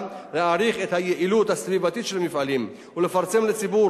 להעריך את היעילות הסביבתית של מפעלים ולפרסם לציבור,